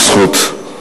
לזכות.